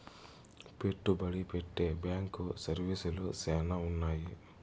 పెట్టుబడి పెట్టే బ్యాంకు సర్వీసులు శ్యానా ఉన్నాయి